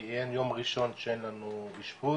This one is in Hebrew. כי אין יום ראשון שאין לנו אשפוז